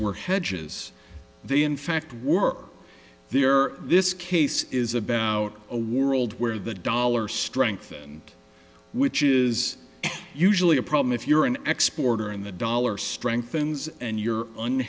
were hedges they in fact work there this case is about a world where the dollar strengthened which is usually a problem if you're an exporter and the dollar strengthens and you're